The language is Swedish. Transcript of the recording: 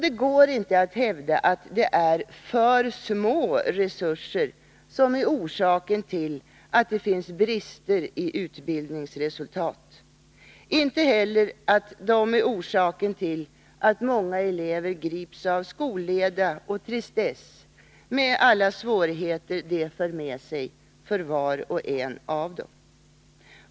Det går inte att hävda att det är för små resurser som är orsaken till att det finns brister i utbildningsresultaten, inte heller att det är orsaken till att många elever grips av skolleda och tristess med alla svårigheter det för med sig för var och en av dem.